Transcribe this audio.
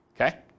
Okay